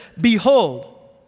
Behold